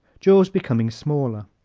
jaws becoming smaller